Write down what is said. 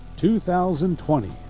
2020